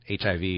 HIV